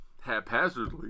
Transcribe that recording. haphazardly